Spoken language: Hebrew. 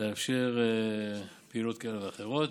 לאפשר פעילויות כאלה ואחרות.